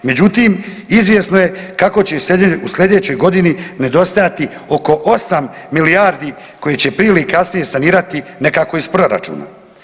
Međutim, izvjesno je kako će u sljedećoj godini nedostajati oko 8 milijardi koje će prije ili kasnije sanirati nekako iz proračuna.